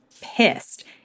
pissed